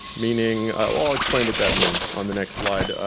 meaning well i'll explain what that means on the next slide.